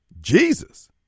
Jesus